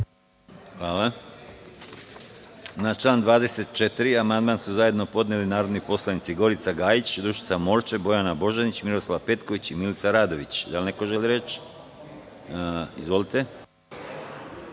Hvala. Na član 28. amandman su zajedno podneli narodni poslanici Gorica Gajić, Dušica Morčev, Bojana Božanić, Miroslav Petković i Milica Radović. Da li neko želi reč? (Ne)Na član